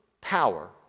power